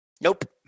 Nope